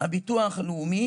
הביטוח הלאומי